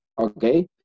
okay